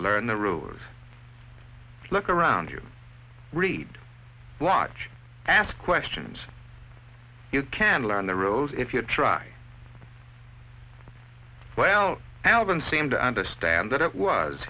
learn the rules look around you read watch ask questions you can learn the rules if you try well alvin seemed to understand that it was